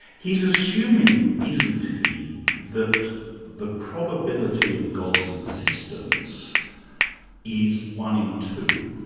he's assuming, isn't he, that the probability of god's existence is one in two.